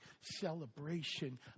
celebration